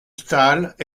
stahl